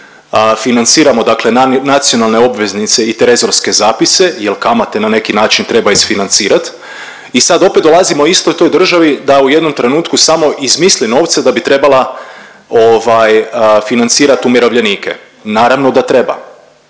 financiramo dakle nacionalne obveznice i trezorske zapise jer kamate na neki način treba isfinancirat i sad opet dolazimo istoj toj državi da u jednom trenutku samo izmisli novce da bi trebala ovaj financirati umirovljenike. Naravno da treba,